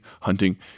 hunting